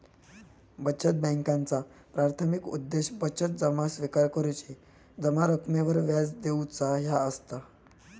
बचत बॅन्कांचा प्राथमिक उद्देश बचत जमा स्विकार करुची, जमा रकमेवर व्याज देऊचा ह्या असता